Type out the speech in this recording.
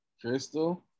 Crystal